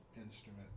instrument